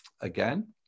again